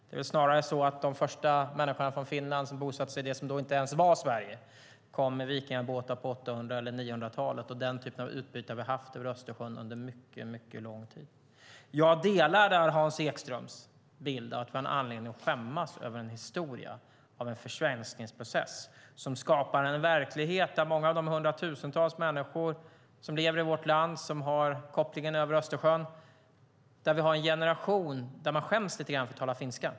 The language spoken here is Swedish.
Det är snarare så att de första människor från Finland som bosatte sig i det som då inte ens var Sverige kom med vikingabåtar på 800 eller 900-talet. Den typen av utbyte över Östersjön har vi haft under mycket lång tid. Jag delar Hans Ekströms uppfattning att vi har anledning att skämmas över en historia med en försvenskningsprocess som skapat en verklighet där många av de hundratusentals människor som bor i vårt land och har kopplingar över Östersjön, en hel generation, skäms lite grann för att tala finska.